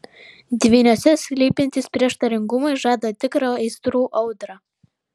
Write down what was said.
dvyniuose slypintys prieštaringumai žada tikrą aistrų audrą